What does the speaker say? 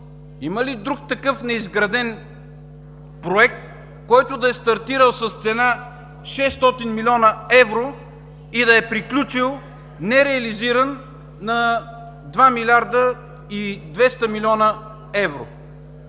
Има ли друг такъв неизграден проект, който да е стартирал с цена 600 млн. евро и да е приключил нереализиран на 2 млрд. 200 млн. евро